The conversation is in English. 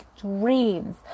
dreams